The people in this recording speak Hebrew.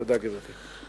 תודה, גברתי.